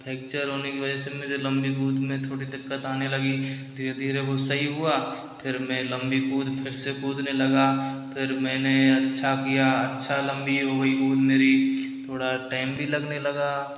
fracture होने की वजह से मुझे लंबी कूद में थोड़ी दिक्कत आने लगी धीरे धीरे वो सही हुआ फिर मै लंबी कूद फिर से कूदने लगा फिर मैंने अच्छा किया अच्छा लंबी हुई कूद मेरी थोड़ा टाइम भी लगने लगा